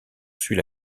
suit